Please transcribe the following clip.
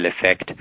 effect